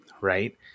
right